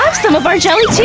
some of our jelly too!